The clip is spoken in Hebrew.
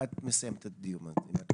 את מסיימת את הדיון הזה,